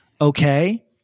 Okay